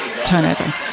turnover